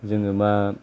जोङोमा